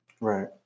Right